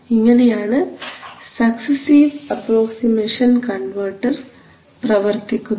ഇങ്ങനെയാണ് successive approximation converter പ്രവർത്തിക്കുന്നത്